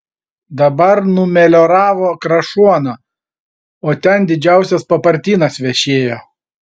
dabar numelioravo krašuoną o ten didžiausias papartynas vešėjo